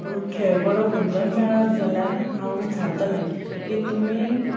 पूण खेळगडो खंयचोय मेळत जाल्यार हांव विचारतलें की तुमी